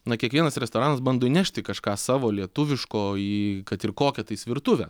na kiekvienas restoranas bando įnešti kažką savo lietuviško į kad ir kokią tais virtuvę